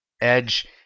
edge